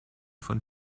von